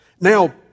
Now